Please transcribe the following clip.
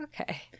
Okay